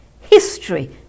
History